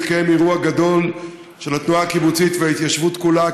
מתקיים אירוע גדול של התנועה הקיבוצית וההתיישבות כולה,